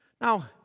Now